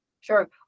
Sure